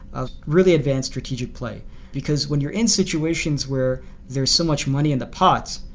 ah really advanced strategic play because when you're in situations where there's so much money in the pot,